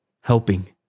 helping